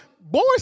boys